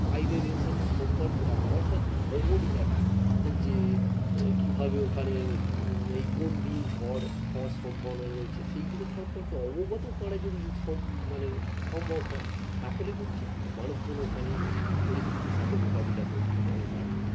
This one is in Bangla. বাইরের এর সাথে সম্পর্ক রাখা অর্থাৎ খবর দেখা যে কীভাবে ওখানে ওই কোন দিন ঝড় হওয়ার সম্ভবনা রয়েছে সেইগুলো সম্পর্কে অবগত করা যদি সম মানে সম্ভব হয় তাহলে হচ্ছে মানুষজন ওখানে পরিস্থিতির সাথে মোকাবিলা করতে তো পারবে